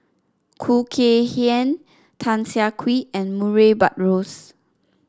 Khoo Kay Hian Tan Siah Kwee and Murray Buttrose